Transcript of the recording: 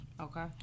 Okay